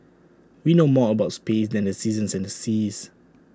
we know more about space than the seasons and the seas